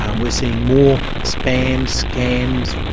um we're seeing more spams, scams,